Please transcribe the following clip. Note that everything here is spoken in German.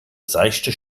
seichte